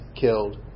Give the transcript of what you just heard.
killed